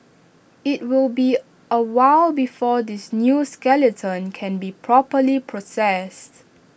IT will be A while before this new skeleton can be properly processed